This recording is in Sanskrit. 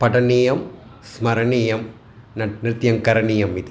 पठनीयं स्मरणीयं न् नृत्यं करणीयम् इति